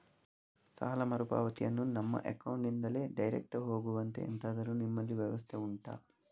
ಸಾಲ ಮರುಪಾವತಿಯನ್ನು ನಮ್ಮ ಅಕೌಂಟ್ ನಿಂದಲೇ ಡೈರೆಕ್ಟ್ ಹೋಗುವಂತೆ ಎಂತಾದರು ನಿಮ್ಮಲ್ಲಿ ವ್ಯವಸ್ಥೆ ಉಂಟಾ